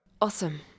Awesome